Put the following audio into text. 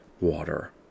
water